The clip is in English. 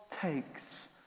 takes